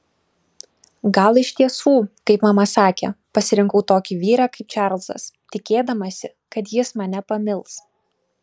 gal iš tiesų kaip mama sakė pasirinkau tokį vyrą kaip čarlzas tikėdamasi kad jis mane pamils